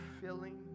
filling